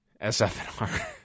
SFNR